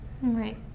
Right